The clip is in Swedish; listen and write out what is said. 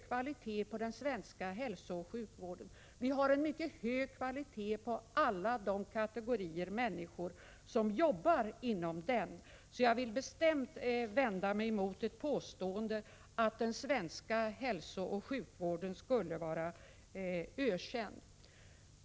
Kvaliteten på den svenska hälso och sjukvården är mycket hög, och den är även mycket hög på alla de kategorier människor som jobbar där. Jag vill bestämt vända mig mot påståendet att den svenska hälsooch sjukvården skulle vara ökänd.